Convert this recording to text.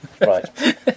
Right